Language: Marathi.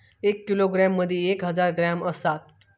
एक किलोग्रॅम मदि एक हजार ग्रॅम असात